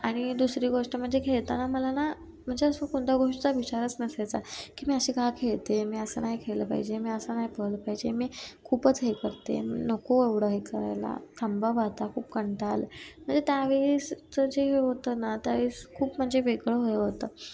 आणि दुसरी गोष्ट म्हणजे खेळताना मला ना म्हणजे असं कोणत्या गोष्टीचा विचारच नसायचा की मी अशी काय खेळते मी असं नाही खेळलं पाहिजे मी असं नाही पोहलं पाहिजे मी खूपच हे करते मी नको एवढं हे करायला थांबावं आता खूप कंटाळा आला म्हणजे त्यावेळेसचं जे हे होतं ना त्यावेळेस खूप म्हणजे वेगळं होय होतं